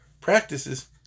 practices